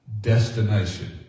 destination